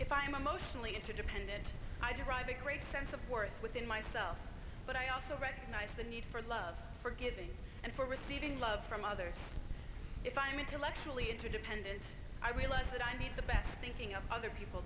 if i'm mostly interdependent i drive a great sense of worth within myself but i also recognize the need for love for giving and for receiving love from others if i am a collector lead to dependence i realize that i need the best thinking of other people